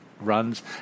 runs